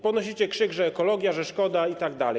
Podnosicie krzyk, że ekologia, że szkoda itd.